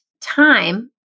time